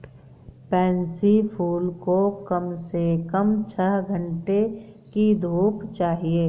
pansy फूल को कम से कम छह घण्टे की धूप चाहिए